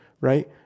right